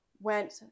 went